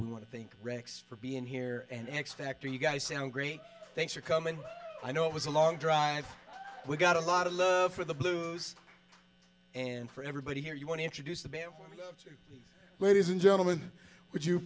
we want to thank rex for being here and x factor you guys sound great thanks for coming i know it was a long drive we got a lot of love for the blues and for everybody here you want to introduce the band ladies and gentlemen would you